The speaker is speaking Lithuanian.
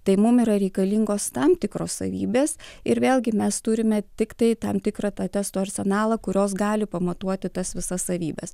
tai mum yra reikalingos tam tikros savybės ir vėlgi mes turime tiktai tam tikrą tą testo arsenalą kurios gali pamatuoti tas visas savybes